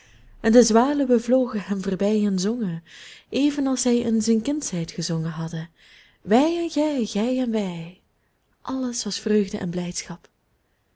en de zwaluwen vlogen hem voorbij en zongen evenals zij in zijn kindsheid gezongen hadden wij en gij gij en wij alles was vreugde en blijdschap